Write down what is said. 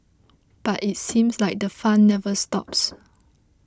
but it seems like the fun never stops